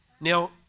Now